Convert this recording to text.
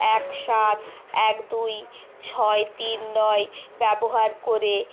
এক সাত এক দুই ছয় তিন নয় ব্যবহার করে